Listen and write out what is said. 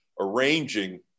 arranging